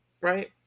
right